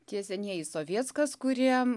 tie senieji sovietskas kurie